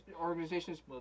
organization's